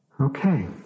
Okay